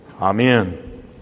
Amen